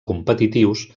competitius